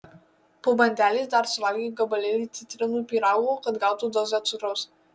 po bandelės dar suvalgė gabalėlį citrinų pyrago kad gautų dozę cukraus